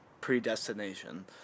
predestination